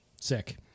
Sick